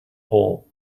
hole